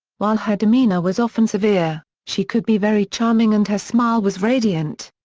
while her demeanor was often severe, she could be very charming and her smile was radiant.